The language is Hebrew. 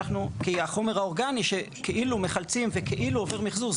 כי החומר האורגני שכאילו מחלצים וכאילו עובר מחזור,